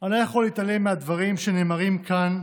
אני לא יכול להתעלם מהדברים שנאמרים כאן,